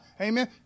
Amen